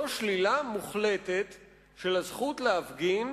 זו שלילה מוחלטת של הזכות להפגין,